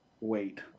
wait